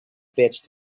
beach